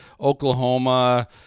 Oklahoma